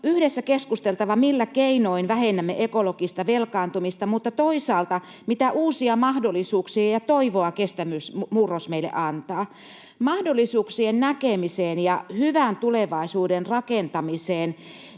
yhdessä keskusteltava, millä keinoin vähennämme ekologista velkaantumista, mutta toisaalta, mitä uusia mahdollisuuksia ja toivoa kestävyysmurros meille antaa. Mahdollisuuksien näkemiseen ja hyvän tulevaisuuden rakentamiseen